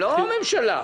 לא הממשלה.